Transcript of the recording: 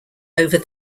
over